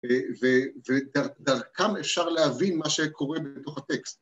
‫ודרכם אפשר להבין ‫מה שקורה בתוך הטקסט.